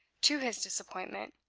to his disappointment,